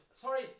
Sorry